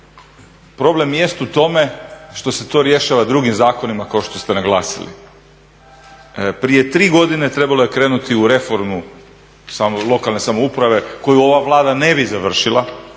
Problem jest u tome što se to rješava drugim zakonima kao što ste naglasili. Prije 3 godine trebalo je krenuti u reformu lokalne samouprave koju ova Vlada ne bi završila